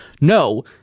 no